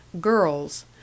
girls